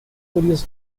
notorious